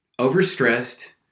overstressed